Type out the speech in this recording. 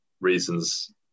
reasons